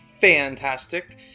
Fantastic